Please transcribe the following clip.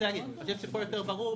פה זה יותר ברור.